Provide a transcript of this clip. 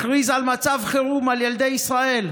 הכריז על מצב חירום של ילדי ישראל,